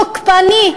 תוקפני,